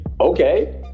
okay